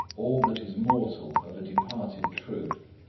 all that is mortal of a departed truth.